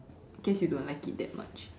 guess you don't like it that much